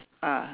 ah